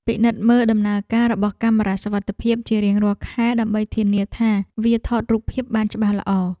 ពិនិត្យមើលដំណើរការរបស់កាមេរ៉ាសុវត្ថិភាពជារៀងរាល់ខែដើម្បីធានាថាវាថតរូបភាពបានច្បាស់ល្អ។